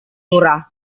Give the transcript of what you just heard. murah